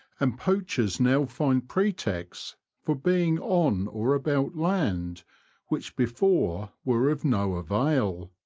and poachers now find pretexts for being on or about land which before were of no avail,